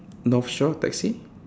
North Shore taxi